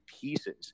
pieces